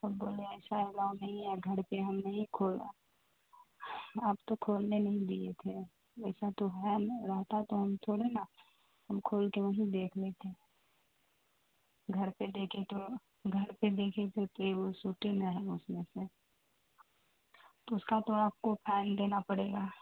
سب بولے ایسا علاؤ نہیں ہے گھر پہ ہم نہیں کھلا آپ تو کھولنے نہیں دیے تھے اییسا تو ہے رہتا تو ہم تھوڑے نا ہم کھول کے وہیں دیکھ لیتےے گھر پہ دیکھے تو گھر پہ دیکھے تو تھے وہ سوٹ ہی میں ہیں اس میں سے تو اس کا تو آپ کو فائن دینا پڑے گا